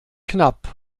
knapp